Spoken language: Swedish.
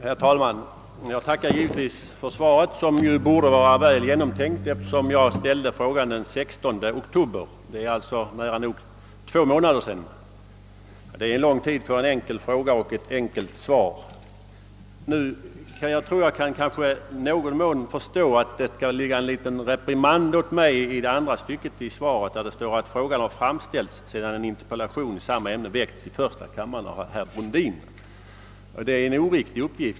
Herr talman! Jag tackar givetvis för svaret, som borde vara väl genomtänkt, eftersom jag ställde frågan den 16 oktober — alltså för nära nog två månader sedan. Det är ganska lång tid för att ge ett enkelt svar på en enkel fråga. Jag förstår nu att det skall ligga en liten reprimand åt mig i första meningen i svarets andra stycke: »Frågan har riktats till mig sedan en interpellation i samma ämne framställts i första kammaren av herr Brundin.» Det är en oriktig uppgift.